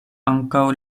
ankaŭ